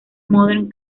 modern